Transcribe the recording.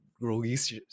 release